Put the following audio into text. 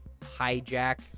hijack